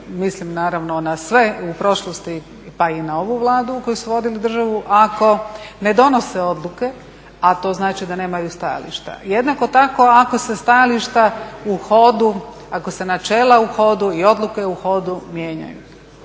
mislim naravno na sve u prošlosti, pa i na ovu Vladu koji su vodili državu ako ne donose odluke, a to znači da nemaju stajališta. Jednako tako ako se stajališta u hodu, ako se načela u hodu i odluke u hodu mijenjaju.